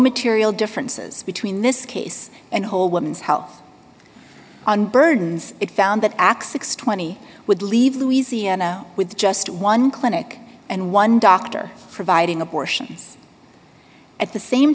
material differences between this case and whole women's health on burdens it found that x six hundred and twenty would leave louisiana with just one clinic and one doctor providing abortions at the same